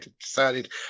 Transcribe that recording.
decided